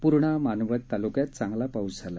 पूर्णा मानवत तालुक्यात चांगला पाऊस झाला